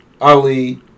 Ali